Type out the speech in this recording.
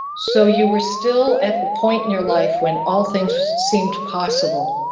so you were still at the point in your life when all things seemed possible,